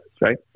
right